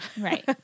Right